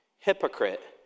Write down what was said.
Hypocrite